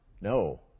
No